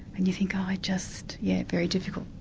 and you think oh, i just yes, very difficult.